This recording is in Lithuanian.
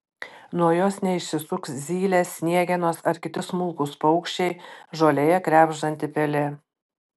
nuo jos neišsisuks zylės sniegenos ar kiti smulkūs paukščiai žolėje krebždanti pelė